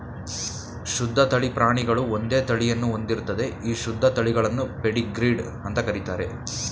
ಶುದ್ಧ ತಳಿ ಪ್ರಾಣಿಗಳು ಒಂದೇ ತಳಿಯನ್ನು ಹೊಂದಿರ್ತದೆ ಈ ಶುದ್ಧ ತಳಿಗಳನ್ನು ಪೆಡಿಗ್ರೀಡ್ ಅಂತ ಕರೀತಾರೆ